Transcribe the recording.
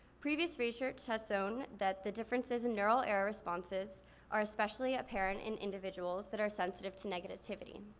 previous research has shown that the differences in neural error responses are especially apparent in individuals that are sensitive to negativity.